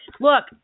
look